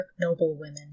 noblewomen